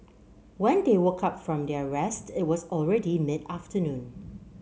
when they woke up from their rest it was already mid afternoon